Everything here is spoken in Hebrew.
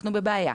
אנחנו בבעיה.